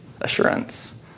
assurance